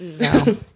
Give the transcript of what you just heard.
No